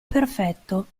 perfetto